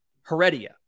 Heredia